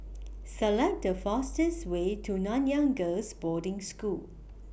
Select The fastest Way to Nanyang Girls' Boarding School